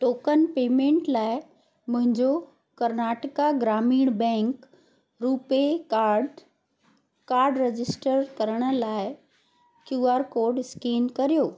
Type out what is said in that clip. token payment लाइ मुंहिंजो Karnataka Gramin bank RuPay card card register करण लाइ क्यू आर कोड स्केन करियो